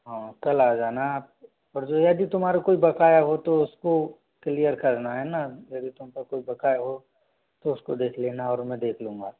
हाँ कल आ जाना आप और यदि तुम्हारा कोई बकाया हो तो उसको क्लियर करना है ना यदि तुम पर कोई बकाया हो तो उसको देख लेना और मैं देख लूँगा